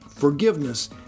Forgiveness